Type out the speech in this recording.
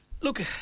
Look